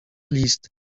list